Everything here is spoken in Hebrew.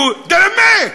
נו, תנמק,